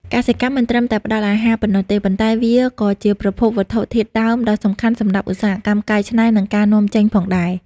កសិកម្មមិនត្រឹមតែផ្ដល់អាហារប៉ុណ្ណោះទេ ប៉ុន្តែវាក៏ជាប្រភពវត្ថុធាតុដើមដ៏សំខាន់សម្រាប់ឧស្សាហកម្មកែច្នៃ និងការនាំចេញផងដែរ។